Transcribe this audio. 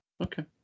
Okay